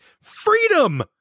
Freedom